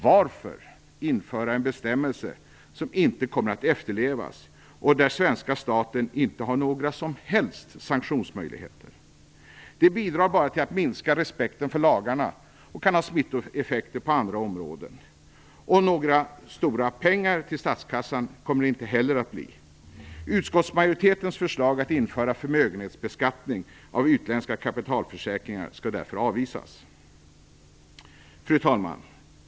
Varför införa en bestämmelse som inte kommer att efterlevas och där svenska staten inte har några som helst sanktionsmöjligheter? Det bidrar bara till att minska respekten för lagarna och kan ha smittoeffekter på andra områden. Och några stora pengar till statskassan kommer det inte heller att bli. Utskottsmajoritetens förslag att införa förmögenhetsbeskattning av utländska kapitalförsäkringar skall därför avvisas. Fru talman!